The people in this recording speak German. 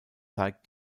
zeigt